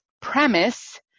premise